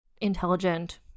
intelligent